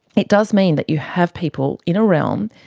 it does mean that you have people in a realm,